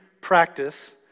practice